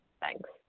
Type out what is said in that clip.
Thanks